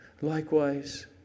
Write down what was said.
Likewise